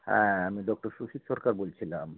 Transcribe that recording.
হ্যাঁ আমি ডক্টর সুশীত সরকার বলছিলাম